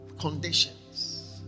conditions